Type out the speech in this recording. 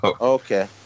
okay